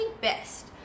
best